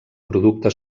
producte